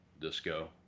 Disco